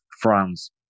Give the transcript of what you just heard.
France